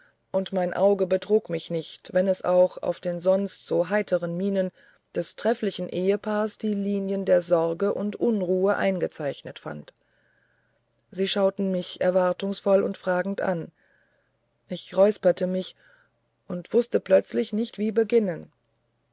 und mein auge betrog mich nicht wenn es auch auf den sonst so heiteren mienen des trefflichen ehepaars die linien der sorge und unruhe eingezeichnet fand sie schauten mich erwartungsvoll und fragend an ich räusperte mich und wußte plötzlich nicht wie beginnen